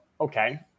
okay